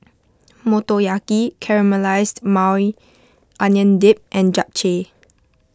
Motoyaki Caramelized Maui Onion Dip and Japchae